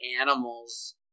animals